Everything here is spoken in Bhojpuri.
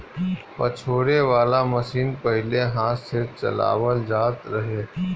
पछोरे वाला मशीन पहिले हाथ से चलावल जात रहे